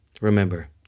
Remember